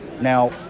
Now